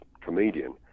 comedian